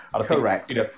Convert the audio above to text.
Correct